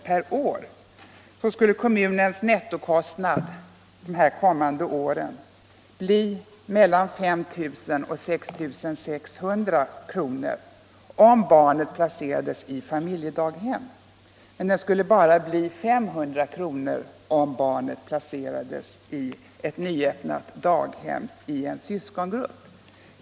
per år skulle kommunens nettokostnad under de kommande åren bli mellan 35 000 och 6 600 kr. om barnet placerades i familjedaghem men bara 500 kr. om barnet placerades i syskongrupp i ett daghem.